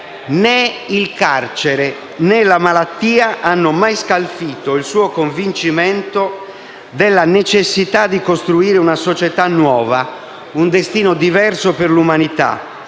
Né il carcere né la malattia hanno mai scalfito il suo convincimento della necessità di costruire una società nuova, un destino diverso per l'umanità,